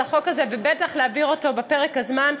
החוק הזה ובטח להעביר אותו בפרק הזמן,